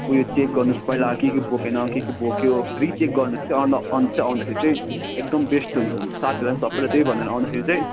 उयो चेक गर्नुहोस् पहिला के के बोकेन के के बोक्यो रिचेक गर्नुहोस् के अन्त अन्त चाहिँ आउँदाखेरि चाहिँ एकदम बेस्ट हुन्छ अन्त साथीहरूलाई नि सबैलाई त्यही भनेर आउँदाखेरि चाहिँ